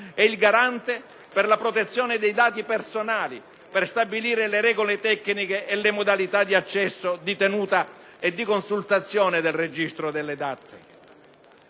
e il Garante per la protezione dei dati personali per stabilire le regole tecniche e le modalità di accesso, di tenuta e di consultazione del registro delle DAT.